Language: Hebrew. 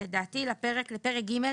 ונדלג לפרק ג',